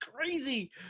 crazy